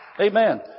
Amen